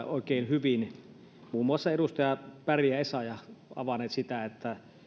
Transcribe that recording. oikein hyvin muun muassa edustajat berg ja essayah ovat avanneet sitä että